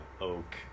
oak